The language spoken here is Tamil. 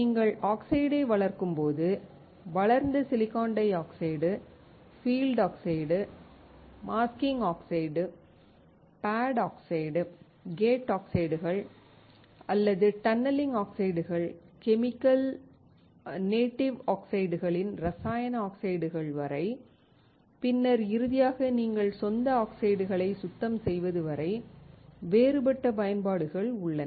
நீங்கள் ஆக்சைடை வளர்க்கும்போது வளர்ந்த silicon dioxide field oxide masking oxide pad ஆக்சைடுகள் கேட் ஆக்சைடுகள் அல்லது டன்னலிங் ஆக்சைடுகள் கெமிக்கல் நேட்டிவ் ஆக்சைடுகளிலிருந்து ரசாயன ஆக்சைடுகள் வரை பின்னர் இறுதியாக நீங்கள் சொந்த ஆக்சைடுகளை சுத்தம் செய்வது வரை வேறுபட்ட பயன்பாடுகள் உள்ளன